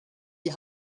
die